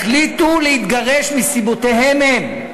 החליטו להתגרש מסיבותיהם שלהם,